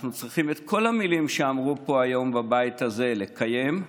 אנחנו צריכים את כל המילים שאמרו פה היום בבית הזה לקיים,